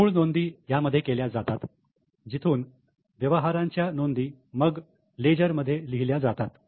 मूळ नोंदी यामध्ये केल्या जातात जिथून व्यवहारांच्या नोंदी मग लेजर मध्ये लिहिल्या जातात